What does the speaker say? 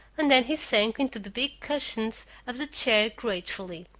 and then he sank into the big cushions of the chair gratefully.